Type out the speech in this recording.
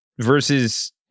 versus